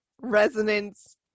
resonance